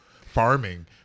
farming